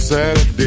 Saturday